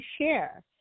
share